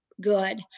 good